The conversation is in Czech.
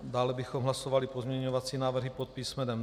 Dále bychom hlasovali pozměňovací návrhy pod písmenem D.